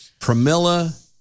Pramila